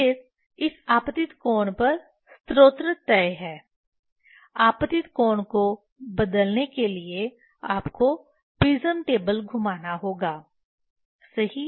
फिर इस आपतित कोण पर स्रोत तय है आपतित कोण को बदलने के लिए आपको प्रिज्म टेबल घुमाना होगा सही